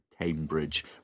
Cambridge